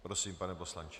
Prosím, pane poslanče.